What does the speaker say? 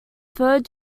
third